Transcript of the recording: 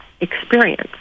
experience